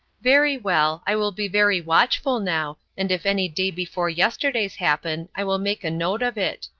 very well i will be very watchful now, and if any day-before-yesterdays happen i will make a note of it.